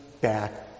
back